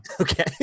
Okay